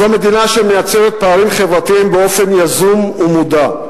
זו מדינה שמייצרת פערים חברתיים באופן יזום ומודע.